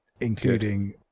including